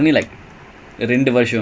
you you went for pitch perfect ah